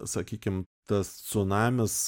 sakykim tas cunamis